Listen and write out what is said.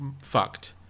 fucked